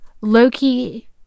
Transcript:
Loki